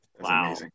Wow